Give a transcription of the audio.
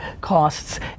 costs